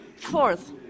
Fourth